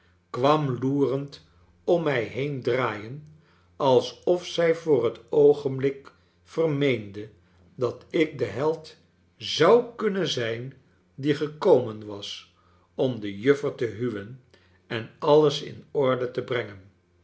kwam loerend om mij heen draaien alsof zij voor het oogenblik vermeende dat ik de held zou kunnen zijn die gekomen was om de juffer te huwen en alles in orde te brengen